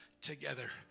together